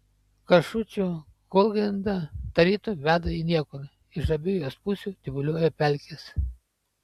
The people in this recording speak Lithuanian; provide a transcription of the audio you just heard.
kašučių kūlgrinda tarytum veda į niekur iš abiejų jos pusių tyvuliuoja pelkės